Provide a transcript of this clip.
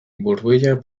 burbuilak